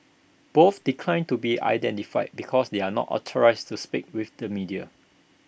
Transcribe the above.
both declined to be identified because they are not authorised to speak with the media